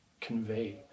convey